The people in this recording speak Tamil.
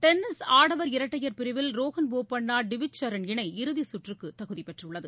டென்னிஸ் ஆடவர் இரட்டையர் பிரிவில் ரோஹன்போப்பண்ணாடிவிச் சரண் இணை இறுதிச் சுற்றுக்குதகுதிபெற்றுள்ளது